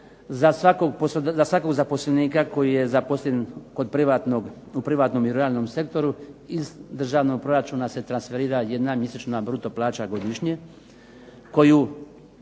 za svakog zaposlenika koji je zaposlen u privatnom i ruralnom sektoru iz državnog proračuna se transferira jedna mjesečna bruto plaća godišnje koju